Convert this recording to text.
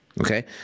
okay